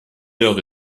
heures